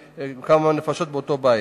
כאשר גרות כמה נפשות באותו בית.